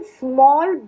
small